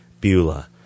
Beulah